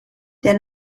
der